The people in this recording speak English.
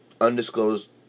undisclosed